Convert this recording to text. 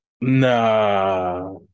Nah